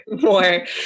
more